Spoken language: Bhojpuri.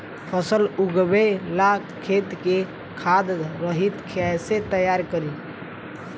फसल उगवे ला खेत के खाद रहित कैसे तैयार करी?